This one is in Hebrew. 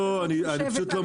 היה צריך להקים,